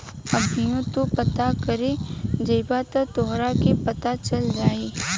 अभीओ तू पता करे जइब त तोहरा के पता चल जाई